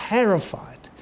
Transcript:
terrified